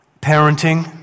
parenting